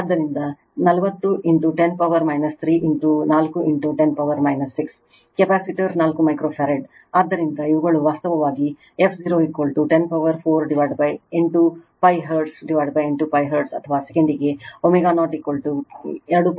ಆದ್ದರಿಂದ 40 10 power 3 4 10 power 6 capacitor 4 microfarad ಆದ್ದರಿಂದ ಇವುಗಳು ವಾಸ್ತವವಾಗಿ f 0 10 ಪವರ್ 4 8π ಹರ್ಟ್ಜ್ 8π ಹರ್ಟ್ಜ್ ಅಥವಾ ಸೆಕೆಂಡಿಗೆ ω0 2